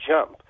jump